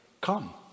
Come